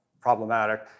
problematic